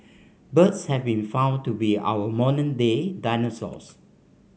birds have been found to be our modern day dinosaurs